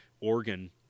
organ